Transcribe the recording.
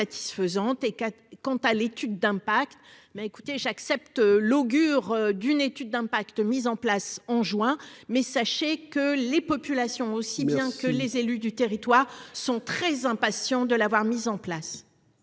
quant à l'étude d'impact, mais écoutez j'accepte l'augure d'une étude d'impact mis en place en juin mais sachez que les populations aussi bien que les élus du territoire sont très impatients de l'avoir mis en place.